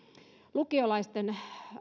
lukiolaisten